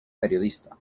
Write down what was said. periodista